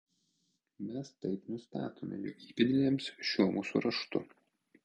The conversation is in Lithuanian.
mes taip nustatome jo įpėdiniams šiuo mūsų raštu